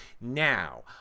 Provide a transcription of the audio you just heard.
Now